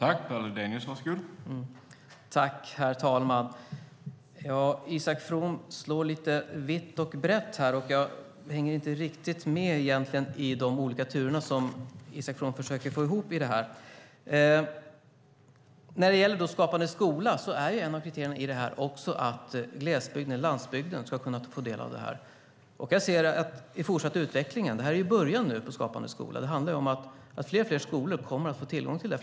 Herr talman! Isak From slår lite vitt och brett här. Jag hänger inte riktigt med i de olika turer som han försöker få ihop i detta. När det gäller Skapande skola är ett av kriterierna att också glesbygden och landsbygden ska kunna få del av det. Det vi nu ser är början på Skapande skola. Fortsättningen handlar om att fler och fler skolor kommer att få tillgång till det.